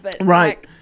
Right